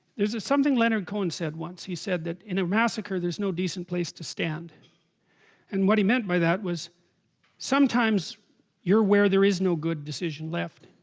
there's a something leonard cohen said once he said that in a massacre there's no decent place to stand and what he meant by that was sometimes you're where there is no good decision left